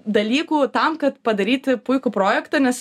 dalykų tam kad padaryti puikų projektą nes